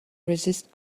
resist